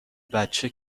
بچه